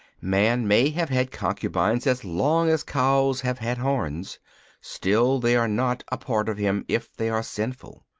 man may have had concubines as long as cows have had horns still they are not a part of him if they are sinful.